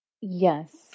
Yes